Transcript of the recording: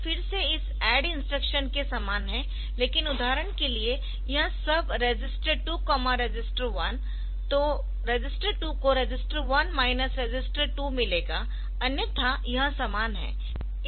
यह फिर से इस ADD इंस्ट्रक्शन के समान है लेकिन उदाहरण के लिए यह SUB register 2 register 1 तो रजिस्टर 2 को रजिस्टर 1 माइनस रजिस्टर 2 मिलेगा अन्यथा यह समान है